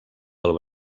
del